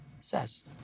says